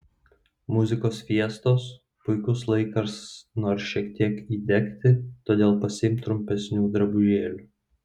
muzikos fiestos puikus laikas nors šiek tiek įdegti todėl pasiimk trumpesnių drabužėlių